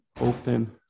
Open